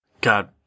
God